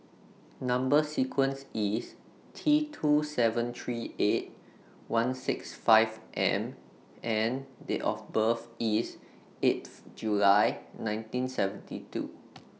Number sequence IS T two seven three eight one six five M and Date of birth IS eighth July nineteen seventy two